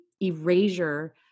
erasure